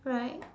right